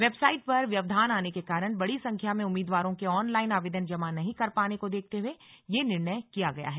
website पर व्यवधान आने के कारण बड़ी संख्या में उम्मीदवारों के ऑनलाइन आवेदन जमा नहीं कर पाने को देखते हुए यह निर्णय किया गया है